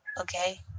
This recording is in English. Okay